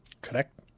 correct